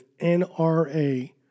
NRA